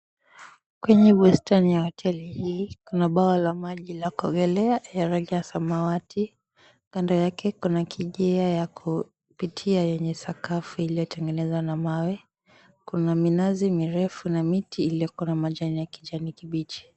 Kwenye bustani la hoteli hii, kuna bwawa la maji la kuogelea ya rangi ya samawati. Kando yake kuna kijia ya kupitia yenye sakafu iliyotengenezwa na mawe. Kuna minazi mirefu na miti ilioko na majani ya kijani kibichi.